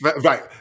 Right